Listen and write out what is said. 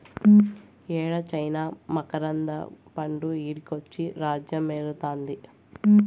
యేడ చైనా మకరంద పండు ఈడకొచ్చి రాజ్యమేలుతాంది